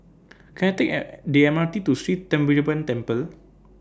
Can I Take An The M R T to Sri Thendayuthapani Temple